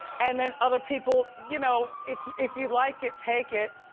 and then other people, you know, if if you like it, take it?